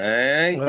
Hey